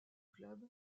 club